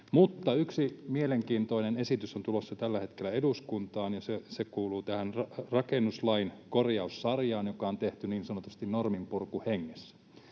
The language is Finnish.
Mutta yksi mielenkiintoinen esitys on tulossa tällä hetkellä eduskuntaan, ja se kuuluu tähän rakennuslain korjaussarjaan, joka on tehty niin sanotusti norminpurkuhengessä.